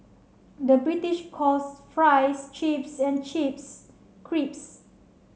the British calls fries chips and chips crisps